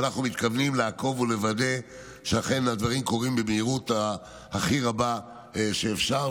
ואנחנו מתכוונים לעקוב ולוודא שאכן הדברים קורים במהירות הכי רבה שאפשר,